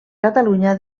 catalunya